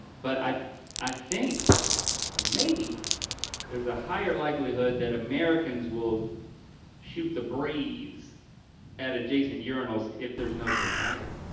but i i think maybe there's a higher likelihood that americans will shoot the breeze at adjacent urinals if there's no divider.